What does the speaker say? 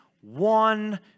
one